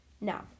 Now